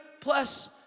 plus